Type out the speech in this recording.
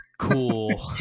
cool